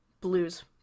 blues